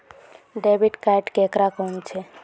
Debit card केकरा कहुम छे?